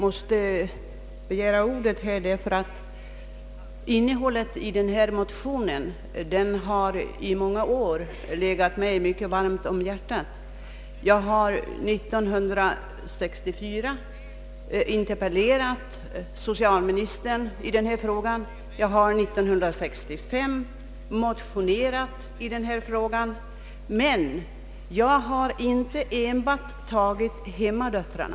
Herr talman! Det ämne som tas upp i motionerna har under många år legat mig mycket varmt om hjärtat. År 1964 interpellerade jag socialministern i denna fråga, och år 1965 motionerade jag i samma fråga. Mina framställningar har dock inte enbart gällt hemmadöttrarna.